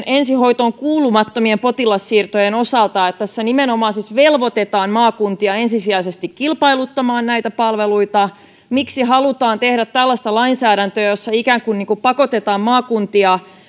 ensihoitoon kuulumattomien potilassiirtojen osalta niin että tässä nimenomaan siis velvoitetaan maakuntia ensisijaisesti kilpailuttamaan näitä palveluita miksi halutaan tehdä tällaista lainsäädäntöä jossa ikään kuin kuin pakotetaan maakuntia